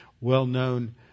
well-known